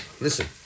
listen